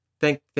thank